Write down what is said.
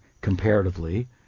comparatively